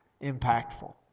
impactful